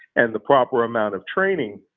and the proper amount of training,